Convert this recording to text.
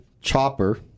chopper